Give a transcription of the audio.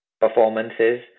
performances